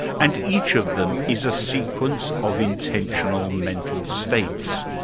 and each of them is a sequence of intentional mental states.